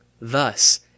thus